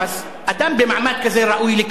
אדם במעמד כזה ראוי לכבוד.